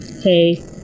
hey